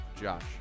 Josh